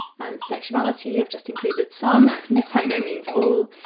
sexuality i've just included some, by no means all,